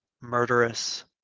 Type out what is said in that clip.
murderous